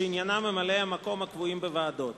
שעניינה ממלאי-המקום הקבועים בוועדות.